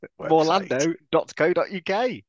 morlando.co.uk